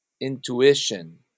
intuition